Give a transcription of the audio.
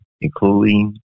including